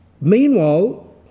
Meanwhile